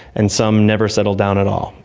and some never settle down at all.